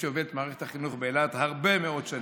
שהוביל את מערכת החינוך באילת הרבה מאוד שנים.